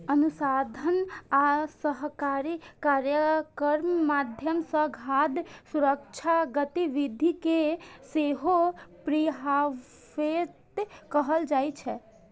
अनुसंधान आ सहकारी कार्यक माध्यम सं खाद्य सुरक्षा गतिविधि कें सेहो प्रीहार्वेस्ट कहल जाइ छै